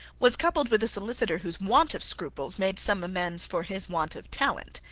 was coupled with a solicitor whose want of scruples made some amends for his want of talents.